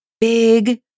big